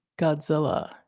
Godzilla